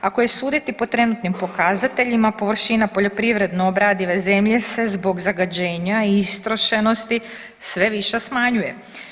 Ako je suditi po trenutnim pokazateljima površina poljoprivredno obradive zemlje se zbog zagađenja i istrošenosti sve više smanjuje.